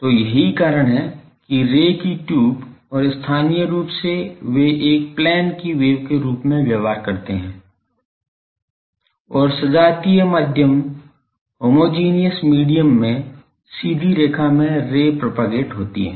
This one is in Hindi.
तो यही कारण है कि रे की ट्यूब और स्थानीय रूप से वे एक प्लेन की वेव के रूप में व्यवहार करते हैं और सजातीय माध्यम होमोजेनियस मीडियम में सीधी रेखा में रे प्रोपेगेट होती हैं